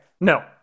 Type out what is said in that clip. no